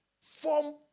form